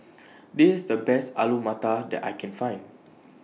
This IS The Best Alu Matar that I Can Find